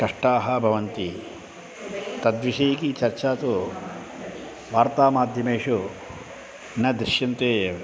कष्टानि भवन्ति तद्विषयिकी चर्चा तु वार्तामाध्यमेषु न दृश्यन्ते एव